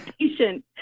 patient